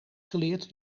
geleerd